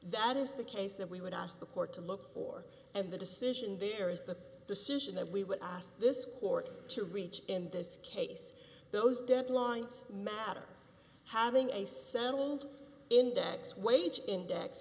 that is the case that we would ask the court to look for and the decision there is the decision that we would ask this court to reach in this case those deadlines matter having a settled index wage index